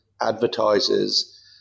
advertisers